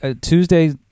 Tuesday